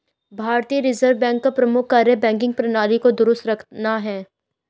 भारतीय reserve bank का प्रमुख कार्य बैंकिंग प्रणाली को दुरुस्त रखना है